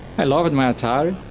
i loved my atari,